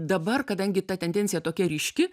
dabar kadangi ta tendencija tokia ryški